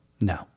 No